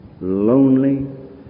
Lonely